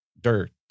dirt